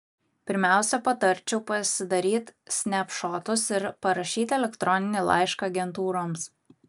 pirmiausia patarčiau pasidaryt snepšotus ir parašyt elektroninį laišką agentūroms